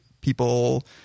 people